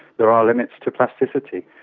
there are limits to plasticity,